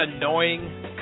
annoying